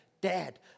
Dad